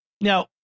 now